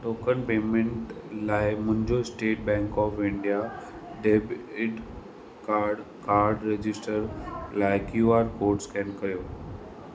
token payment लाइ मुंहिंजो State Bank of India debit card card register लाइ Q R code scan कयो